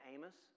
Amos